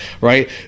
right